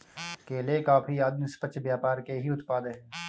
केले, कॉफी आदि निष्पक्ष व्यापार के ही उत्पाद हैं